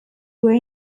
were